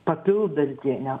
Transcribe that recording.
papildantį ne